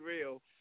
real